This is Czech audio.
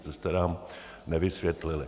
To jste nám nevysvětlil.